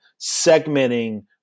segmenting